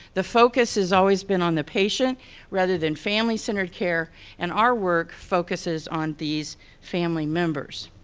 the focus has always been on the patient rather than family-centered care and our work focuses on these family members.